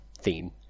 theme